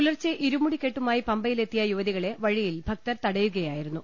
പുലർച്ചെ ഇരുമുടിക്കെ ട്ടുമായി പമ്പയിലെത്തിയ യുവതികളെ വഴിയിൽ ഭക്തർ തടയുകയായിരു ന്നു